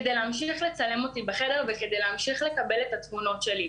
כדי להמשיך לצלם אותי בחדר וכדי להמשיך לקבל את התמונות שלי.